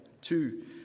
Two